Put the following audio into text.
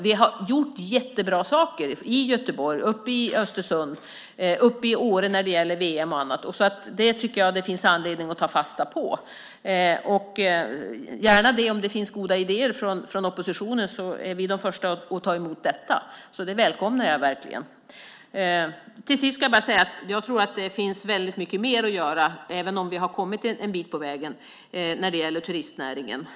Vi har gjort jättebra saker i Göteborg, i Östersund och i Åre när det gäller VM och annat, så det tycker jag att det finns anledning att ta fasta på. Ja, gärna, om det finns goda idéer från oppositionen är vi de första att ta emot dem, så sådana välkomnar jag verkligen! Till sist: Jag tror att det finns väldigt mycket mer att göra, även om vi har kommit en bit på vägen när det gäller turistnäringen.